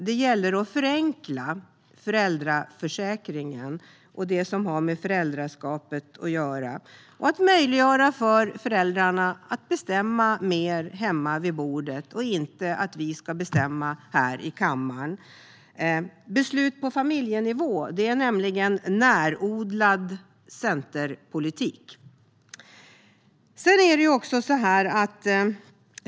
Det gäller att förenkla föräldraförsäkringen och det som har med föräldraskapet att göra och att möjliggöra för föräldrarna att bestämma mer hemma vid bordet. Vi ska inte bestämma här i kammaren. Beslut på familjenivå är nämligen närodlad centerpolitik.